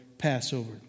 Passover